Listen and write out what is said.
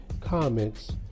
comments